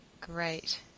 great